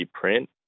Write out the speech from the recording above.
print